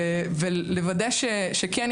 נוכל לדבר ולדבר וזה לא יתקדם.